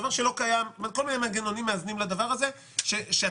יש כל מיני מנגנונים מאזנים לדבר הזה שאתה